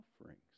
offerings